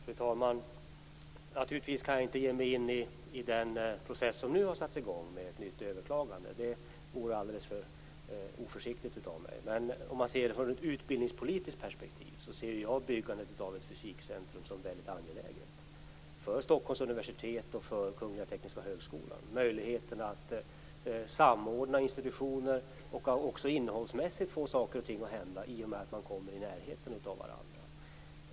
Fru talman! Naturligtvis kan jag inte ge mig in i den process som nu har satts i gång med ett nytt överklagande. Det vore alldeles för oförsiktigt av mig. Men ur ett utbildningspolitiskt perspektiv ser jag ju byggandet av ett fysikcentrum som väldigt angeläget för Stockholms universitet och för Kungliga tekniska högskolan. Det gäller möjligheterna att samordna institutioner och att också innehållsmässigt få saker och ting att hända i och med att man kommer i närheten av varandra.